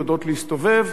יודעות להסתובב,